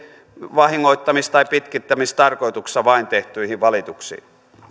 vahingoittamis tai pitkittämistarkoituksessa tehtyihin valituksiin